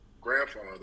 grandfather